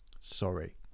sorry